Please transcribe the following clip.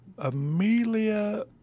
Amelia